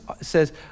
says